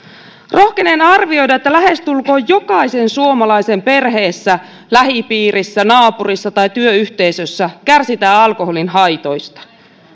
rohkenen arvioida että lähestulkoon jokaisen suomalaisen perheessä lähipiirissä naapurissa tai työyhteisössä kärsitään alkoholin haitoista